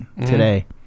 Today